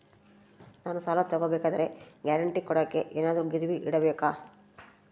ನಾನು ಸಾಲ ತಗೋಬೇಕಾದರೆ ಗ್ಯಾರಂಟಿ ಕೊಡೋಕೆ ಏನಾದ್ರೂ ಗಿರಿವಿ ಇಡಬೇಕಾ?